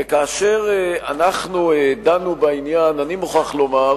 וכאשר אנחנו דנו בעניין, אני מוכרח לומר,